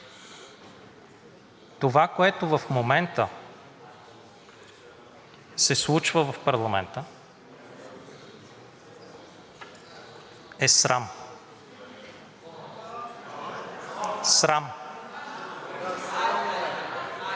това, което в момента се случва в парламента, е срам. (Шум